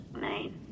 Night